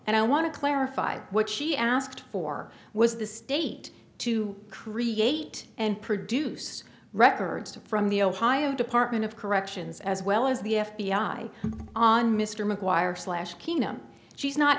and i want to clarify what she asked for was the state to create and produce records to from the ohio department of corrections as well as the f b i on mr mcguire slash kena she's not